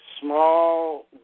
small